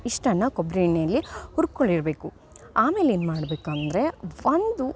ಇಷ್ಟನ್ನು ಕೊಬ್ಬರಿ ಎಣ್ಣೆಲ್ಲಿ ಹುರ್ಕೊಂಡಿರಬೇಕು ಆಮೇಲೆ ಏನು ಮಾಡಬೇಕಂದ್ರೆ ಒಂದು